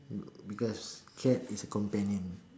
mm because cat is companion